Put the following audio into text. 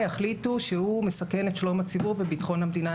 יחליטו שהוא מסכן את שלום הציבור וביטחון המדינה.